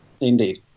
Indeed